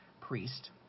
priest